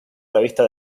revista